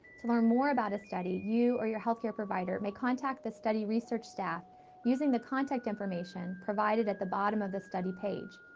to learn more about a study, you or your healthcare provider may contact the study research staff using the contact information provided at the bottom of the study page.